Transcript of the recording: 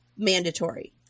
mandatory